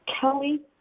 Kelly